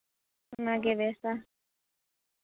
ᱚᱱᱟᱜᱮ ᱵᱮᱥᱼᱟ